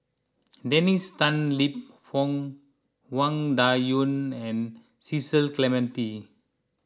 Dennis Tan Lip Fong Wang Dayuan and Cecil Clementi